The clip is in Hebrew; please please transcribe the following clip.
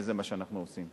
וזה מה שאנחנו עושים.